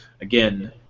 Again